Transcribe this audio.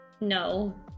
no